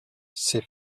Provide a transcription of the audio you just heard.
ses